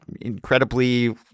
incredibly